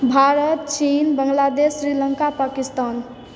भारत चीन बाँग्लादेश श्रीलङ्का पाकिस्तान